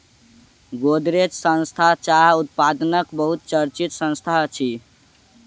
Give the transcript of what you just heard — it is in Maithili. गोदरेज संस्थान चाह उत्पादनक बहुत चर्चित संस्थान अछि